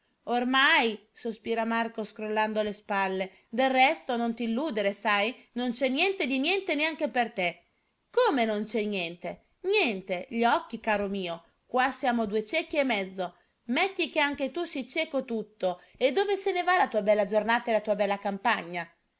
ormai sospira marco scrollando le spalle del resto non t illudere sai non c'è niente di niente neanche per te come non c'è niente niente gli occhi caro mio qua siamo due ciechi e mezzo metti che anche tu sii cieco tutto e dove se ne va la tua bella giornata e la tua bella campagna